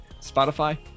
Spotify